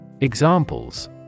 Examples